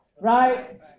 right